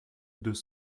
deux